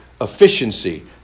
efficiency